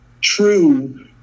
true